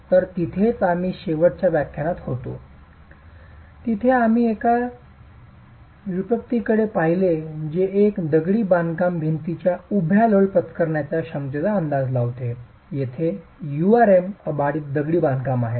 तर तिथेच आम्ही शेवटच्या व्याख्यानात होतो तिथे आम्ही एका व्युत्पत्तीकडे पाहिले जे एका दगडी बांधकामाच्या भिंतीच्या उभ्या लोड पत्करण्याच्या क्षमतेचा अंदाज लावते येथे URM अबाधित दगडी बांधकाम आहे